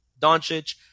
Doncic